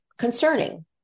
concerning